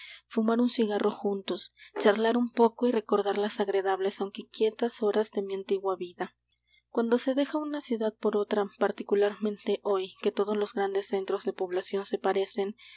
fumar un cigarro juntos charlar un poco y recordar las agradables aunque inquietas horas de mi antigua vida cuando se deja una ciudad por otra particularmente hoy que todos los grandes centros de población se parecen